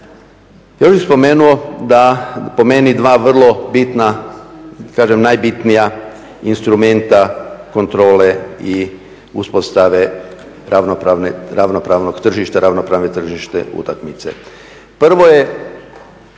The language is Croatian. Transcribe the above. Ja bih spomenuo da po meni dva vrlo bitna, kažem najbitnija instrumenta kontrole i uspostave ravnopravne, ravnopravnog tržišta, ravnopravne tržišne utakmice. Prvo je